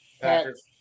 Packers